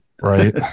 Right